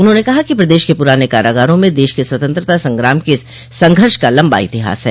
उन्होंने कहा कि प्रदेश के पुराने कारागारों में देश के स्वतंत्रता संग्राम के संघर्ष का लम्बा इतिहास है